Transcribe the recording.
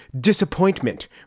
disappointment